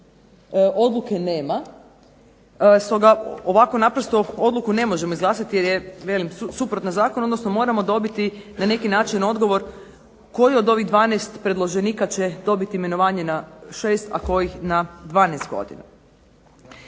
odluke nema, stoga ovakvu odluku ne možemo izglasati jer je suprotna Zakonu, moramo dobiti na neki način odgovor koji od ovih 12 predloženika će dobiti imenovanje na 6 a koji na 12 godina.